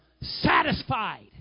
satisfied